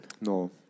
No